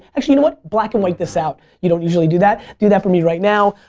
actually, you know what? black-and-white this out. you don't usually do that, do that for me right now.